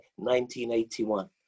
1981